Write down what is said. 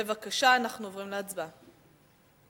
בבקשה, אנחנו עוברים להצבעה.